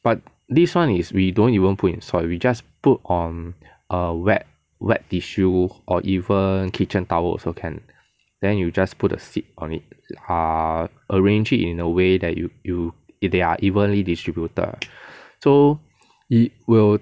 but this [one] is we don't even put in soil we just put on a wet wet tissue or even kitchen towel also can then you just put the seed on it err arrange it in a way that you you they are evenly distributed so it will